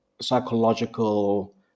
psychological